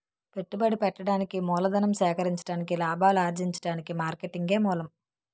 పెట్టుబడి పెట్టడానికి మూలధనం సేకరించడానికి లాభాలు అర్జించడానికి మార్కెటింగే మూలం